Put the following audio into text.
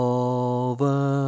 over